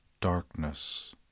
darkness